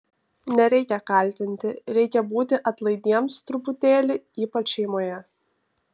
nereikia kaltinti reikia būti atlaidiems truputėlį ypač šeimoje